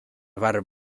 värv